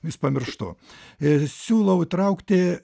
vis pamirštu ir siūlau įtraukti